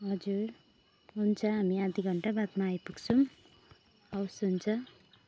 हजुर हुन्छ हामी आधी घण्टा बादमा आइपुग्छौँ हवस् हुन्छ